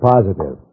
Positive